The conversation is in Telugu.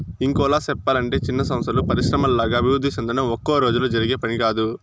ఇంకోలా సెప్పలంటే చిన్న సంస్థలు పరిశ్రమల్లాగా అభివృద్ధి సెందడం ఒక్కరోజులో జరిగే పని కాదు